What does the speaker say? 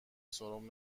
سرم